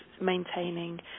maintaining